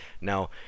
Now